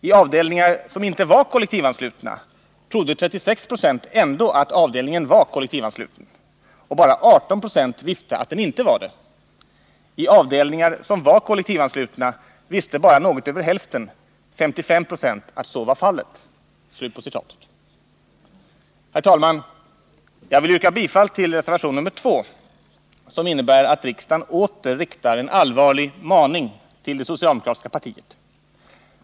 I avdelningar som inte var kollektivanslutna trodde 36 procent ändå att avdelningen var kollektivansluten, och bara 18 procent visste att den inte var det. I avdelningar som var kollektivanslutna visste bara något över hälften, 55 procent, att så var fallet.” Herr talman! Jag vill yrka bifall till reservation nr 2, som innebär att riksdagen åter riktar en allvarlig maning till det socialdemokratiska partiet.